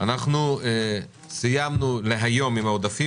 אנחנו סיימנו להיום עם העודפים,